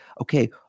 okay